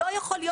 לא יכול להיות.